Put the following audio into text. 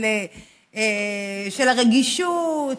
של הרגישות,